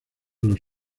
los